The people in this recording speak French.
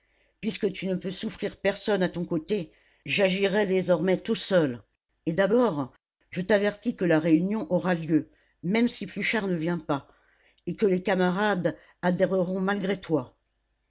puisque tu ne peux souffrir personne à ton côté j'agirai désormais tout seul et d'abord je t'avertis que la réunion aura lieu même si pluchart ne vient pas et que les camarades adhéreront malgré toi